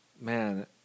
Man